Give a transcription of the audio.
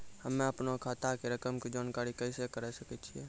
हम्मे अपनो खाता के रकम के जानकारी कैसे करे सकय छियै?